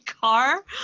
car